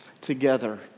together